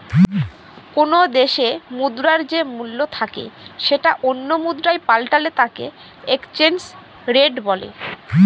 কোনো দেশে মুদ্রার যে মূল্য থাকে সেটা অন্য মুদ্রায় পাল্টালে তাকে এক্সচেঞ্জ রেট বলে